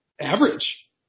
average